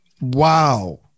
Wow